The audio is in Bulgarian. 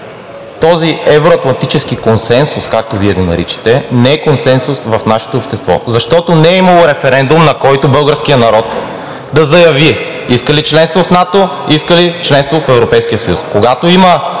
този евро-атлантически консенсус, както Вие го наричате, не е консенсус в нашето общество, защото не е имало референдум, на който българският народ да заяви иска ли членство в НАТО, иска ли членство в Европейския съюз. Когато има